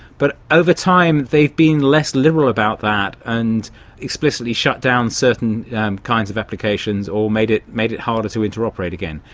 but over time they've been less liberal about that and explicitly shut down certain kinds of applications or made it made it harder to interoperate again.